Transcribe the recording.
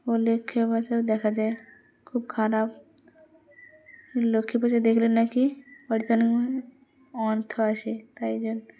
ও লক্ষী পেচা দেখা যায় খুব খারাপ লক্ষ্মী পেঁচা দেখলে নাকি বাড়িতে অর্থ আসে তাই জন্য